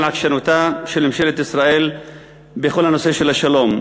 עקשנותה של ממשלת ישראל בכל הנושא של השלום.